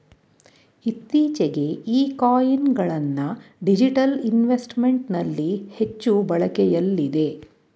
ಇತ್ತೀಚೆಗೆ ಈ ಕಾಯಿನ್ ಗಳನ್ನ ಡಿಜಿಟಲ್ ಇನ್ವೆಸ್ಟ್ಮೆಂಟ್ ನಲ್ಲಿ ಹೆಚ್ಚು ಬಳಕೆಯಲ್ಲಿದೆ